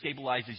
stabilizes